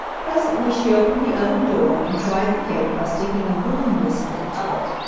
presently she opened the oven door and tried the cake by sticking a broom whisp into it.